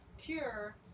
cure